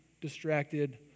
distracted